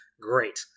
great